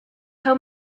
how